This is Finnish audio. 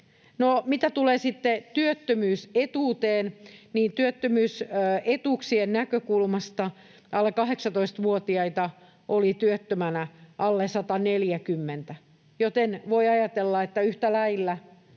mitä tulee sitten työttömyysetuuteen, niin työttömyysetuuksien näkökulmasta alle 18-vuotiaita oli työttömänä alle 140, joten voi ajatella, että yhtä lailla